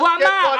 הוא אמר.